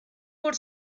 por